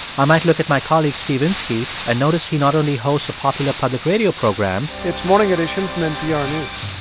i might look at my colleague steve inskeep and notice he not only hosts a popular public radio program. it's morning edition from npr news